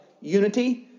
unity